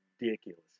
ridiculous